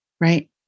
Right